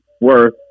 worth